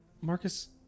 Marcus